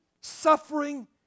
suffering